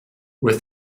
with